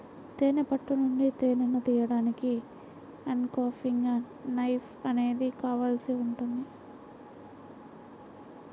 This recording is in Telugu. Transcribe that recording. తేనె పట్టు నుంచి తేనెను తీయడానికి అన్క్యాపింగ్ నైఫ్ అనేది కావాల్సి ఉంటుంది